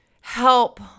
help